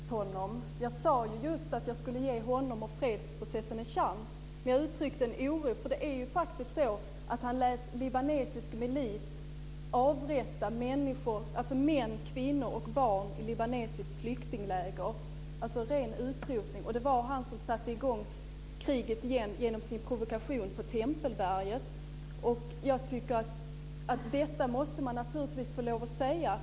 Fru talman! Jag har på inget sätt fördömt honom. Jag sade ju just att jag skulle ge honom och fredsprocessen en chans. Men jag uttryckte en oro. Det var ju faktiskt så att han lät libanesisk milis avrätta människor - män, kvinnor och barn - i ett libanesiskt flyktingläger, dvs. ren utrotning. Det var också han som satte i gång kriget igen genom sin provokation på Tempelberget. Detta måste man naturligtvis få lov att säga.